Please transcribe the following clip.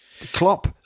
Klopp